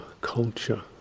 culture